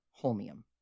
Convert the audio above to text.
Holmium